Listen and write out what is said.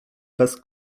bez